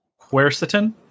Quercetin